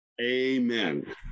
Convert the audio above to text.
Amen